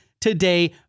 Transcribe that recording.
today